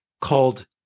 called